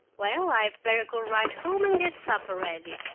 well, i'd better go right home and get supper ready,